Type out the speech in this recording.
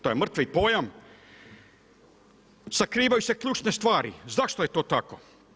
To je mrtvi pojam, sakrivaju se ključne stvari, zašto je to tako.